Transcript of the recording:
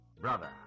Brother